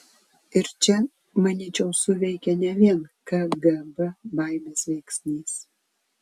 ir čia manyčiau suveikė ne vien kgb baimės veiksnys